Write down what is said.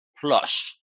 plush